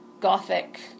gothic